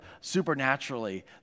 supernaturally